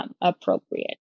appropriate